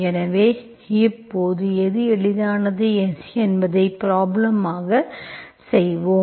எனவே எப்போது எது எளிதானது என்பதை ப்ராப்ளம் ஆக செய்வோம்